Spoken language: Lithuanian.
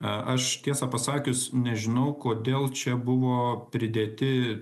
aš tiesą pasakius nežinau kodėl čia buvo pridėti